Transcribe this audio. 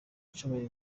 nshoboye